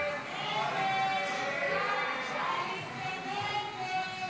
הסתייגות 130 לא נתקבלה.